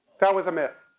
that was a myth.